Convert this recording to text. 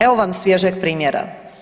Evo vam svježeg primjera.